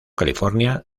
california